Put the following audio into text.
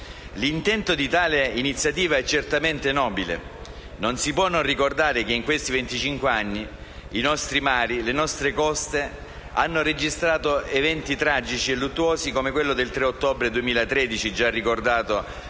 L'intento di tale iniziativa è certamente nobile. Non si può non ricordare che in questi venticinque anni i nostri mari e le nostre coste hanno registrato eventi tragici e luttuosi come quello del 3 ottobre 2013 - già ricordato - a